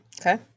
Okay